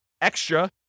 extra